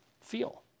Feel